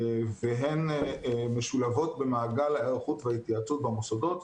והן משולבות במעגל ההיערכות וההתייעצות במוסדות.